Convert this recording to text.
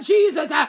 Jesus